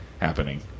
happening